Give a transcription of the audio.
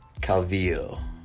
calvillo